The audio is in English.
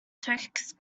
twixt